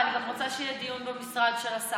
אבל אני גם רוצה שיהיה דיון במשרד של השר.